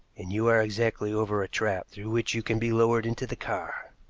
and you are exactly over a trap through which you can be lowered into the car.